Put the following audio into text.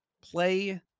play